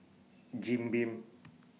Jim Beam